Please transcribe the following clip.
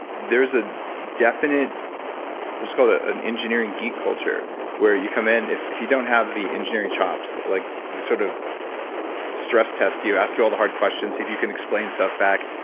there's a definite what's called ah an engineering geek culture where you come in. if if you don't have the engineering chops like the sort of stress test, they ask you all the hard questions, if you can explain stuff back.